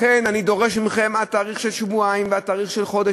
לכן אני דורש מכם תאריך של עד שבועיים ותאריך של עד חודש,